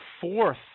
fourth